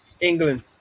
England